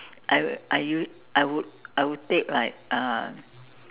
I will I us~ I would I would take like uh